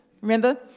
remember